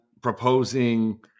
proposing